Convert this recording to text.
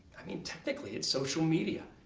i mean, technically it's social media.